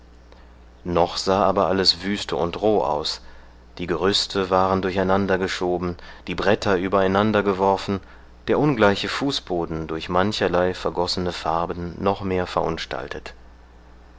noch sah aber alles wüste und roh aus die gerüste waren durcheinander geschoben die bretter übereinander geworfen der ungleiche fußboden durch mancherlei vergossene farben noch mehr verunstaltet